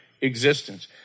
existence